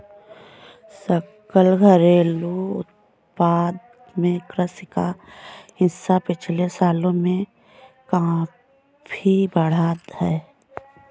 सकल घरेलू उत्पाद में कृषि का हिस्सा पिछले सालों में काफी बढ़ा है